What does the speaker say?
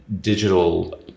digital